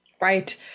Right